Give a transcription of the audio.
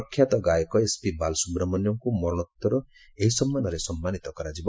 ପ୍ରଖ୍ୟାତ ଗାୟକ ଏସପି ବାଲ୍ସୁବ୍ରମଣ୍ୟମ୍ଙ୍କୁ ମରଣୋତ୍ତରଭାବେ ଏହି ସମ୍ମାନରେ ସମ୍ମାନୀତ କରାଯିବ